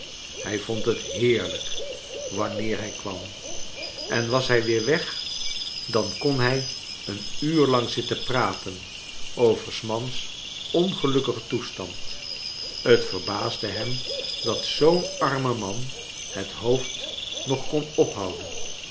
hrj vond het heerlijk wanneer hij kwam en was hij weer weg dan kon hij een uur lang zitten praten over s mans ongelukkigen toestand het verbaasde hem dat zoo'n arme man het hoofd nog kon ophouden